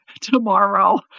tomorrow